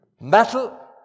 metal